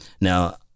Now